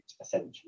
essentially